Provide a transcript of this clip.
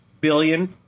billion